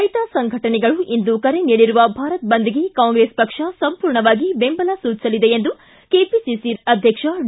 ರೈತರ ಸಂಘಟನೆಗಳು ಇಂದು ಕರೆ ನೀಡಿರುವ ಭಾರತ್ ಬಂದ್ಗೆ ಕಾಂಗ್ರೆಸ್ ಪಕ್ಷ ಸಂಪೂರ್ಣವಾಗಿ ಬೆಂಬಲ ಸೂಚಿಸಲಿದೆ ಎಂದು ಕೆಪಿಸಿಸಿ ಅಧ್ವಕ್ಷ ಡಿ